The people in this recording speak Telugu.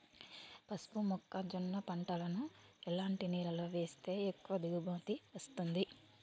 పసుపు మొక్క జొన్న పంటలను ఎలాంటి నేలలో వేస్తే ఎక్కువ దిగుమతి వస్తుంది?